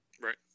Right